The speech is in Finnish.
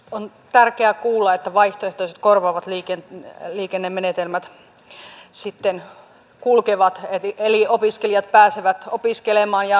on tärkeää kuulla että vaihtoehtoiset korvaavat liikennemenetelmät sitten kulkevat eli opiskelijat pääsevät opiskelemaan ja työntekijät töihin